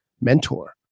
mentor